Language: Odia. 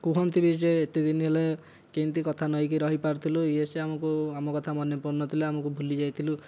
କୁହନ୍ତି ବି ଯେ ଏତେ ଦିନ ହେଲା କେମିତି କଥା ନହେଇକି ରହିପାରୁଥିଲୁ ୟେ ସେ ଆମକୁ ଆମ କଥା ମନେ ପଡୁନଥିଲା ଆମକୁ ଭୁଲିଯାଇଥିଲୁ